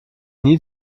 nie